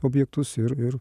objektus ir ir